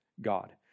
God